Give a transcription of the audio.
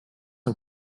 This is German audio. und